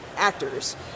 Actors